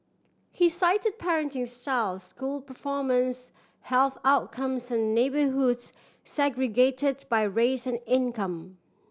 he cited parenting style school performance health outcomes and neighbourhoods segregated by race and income